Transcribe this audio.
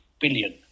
billion